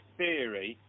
theory